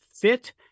fit